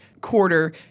quarter